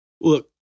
Look